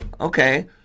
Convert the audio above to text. Okay